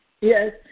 Yes